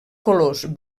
colors